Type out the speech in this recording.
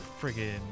friggin